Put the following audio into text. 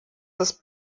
ist